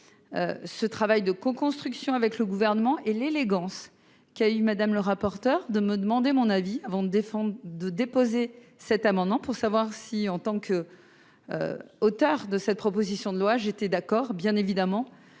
ce travail de coconstruction avec le gouvernement et l'élégance qui a eu madame le rapporteur de me demander mon avis avant de défendre de déposer cet amendement pour savoir si en tant que auteur de cette proposition de loi, j'étais d'accord, bien évidemment,